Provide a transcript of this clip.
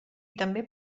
també